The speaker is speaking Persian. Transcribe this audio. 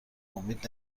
امید